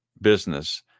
business